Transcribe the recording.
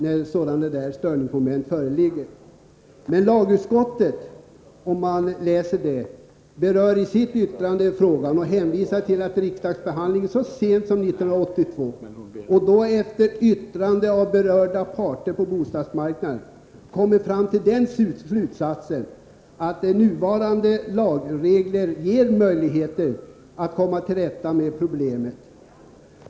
Men om man läser lagutskottets remissyttrande finner man att utskottet hänvisar till att riksdagen i sin behandling av frågan så sent som 1982 — och då efter yttrande av berörda parter på bostadsmarknaden — kom fram till slutsatsen att nuvarande lagregler ger möjligheter att komma till rätta med problemet.